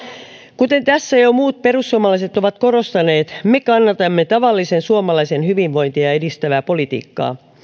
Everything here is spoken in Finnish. kuten tässä jo muut perussuomalaiset ovat korostaneet me kannatamme tavallisen suomalaisen hyvinvointia edistävää politiikkaa